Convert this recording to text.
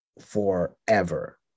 forever